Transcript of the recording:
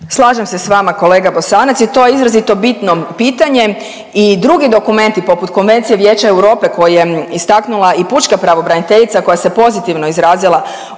Slažem se s vama kolega Bosanac jer to je izrazito bitno pitanje i drugi dokumenti poput Konvencije Vijeća Europe koje je istaknula i Pučka pravobraniteljica koja se pozitivno izrazila